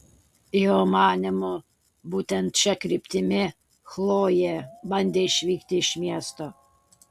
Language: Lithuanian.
jo manymu būtent šia kryptimi chlojė bandė išvykti iš miesto